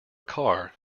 car